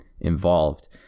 involved